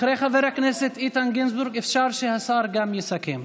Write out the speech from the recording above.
אחרי חבר הכנסת גינזבורג אפשר שגם השר יסכם.